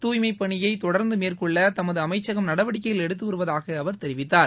தூய்மைப் பணியை தொடர்ந்து மேற்கொள்ள தமது அமைச்சகம் நடவடிக்கைகள் எடுத்து வருவதாக அவர் தெரிவித்தார்